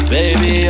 Baby